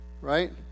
right